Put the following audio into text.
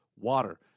water